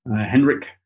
Henrik